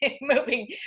moving